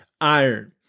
iron